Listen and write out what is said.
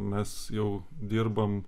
mes jau dirbam